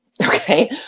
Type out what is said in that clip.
Okay